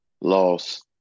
loss